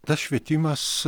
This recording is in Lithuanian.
tas švietimas